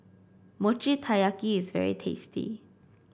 Mochi Taiyaki is very tasty